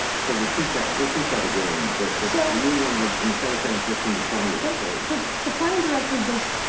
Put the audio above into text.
so repeat that, repeat that again, that so new one with, instead of saying fifteen to twenty, it would say. the the planning director, just